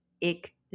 ik